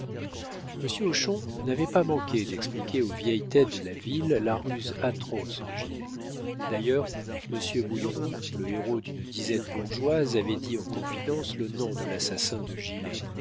monsieur hochon n'avait pas manqué d'expliquer aux vieilles têtes de la ville la ruse atroce de gilet d'ailleurs monsieur mouilleron le héros d'une disette bourgeoise avait dit en confidence le nom de l'assassin de gilet